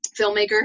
filmmaker